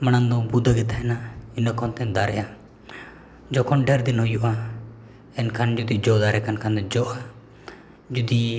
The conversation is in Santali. ᱢᱟᱲᱟᱝ ᱫᱚ ᱵᱩᱫᱟᱹᱜᱮ ᱛᱟᱦᱮᱱᱟ ᱤᱱᱟᱹ ᱠᱷᱚᱱᱛᱮ ᱫᱟᱨᱮᱜᱼᱟ ᱡᱚᱠᱷᱚᱱ ᱰᱷᱮᱨ ᱫᱤᱱ ᱦᱩᱭᱩᱜᱼᱟ ᱮᱱᱠᱷᱟᱱ ᱡᱩᱫᱤ ᱡᱚ ᱫᱟᱨᱮ ᱠᱟᱱ ᱠᱷᱟᱱᱫᱚ ᱡᱚᱜᱼᱟ ᱡᱩᱫᱤ